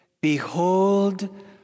behold